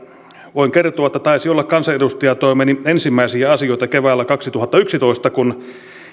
voin kertoa että taisi olla kansanedustajatoimeni ensimmäisiä asioita keväällä kaksituhattayksitoista kun